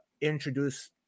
introduce